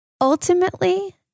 ultimately